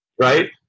right